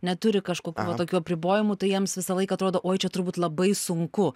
neturi kažkokių va tokių apribojimų tai jiems visą laiką atrodo oi čia turbūt labai sunku